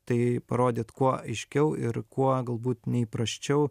tai parodyt kuo aiškiau ir kuo galbūt neįprasčiau